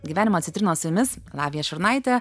gyvenimo citrinos su jumis lavija šurnaitė